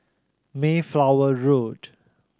Mayflower Road